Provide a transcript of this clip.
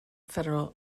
federal